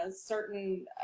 certain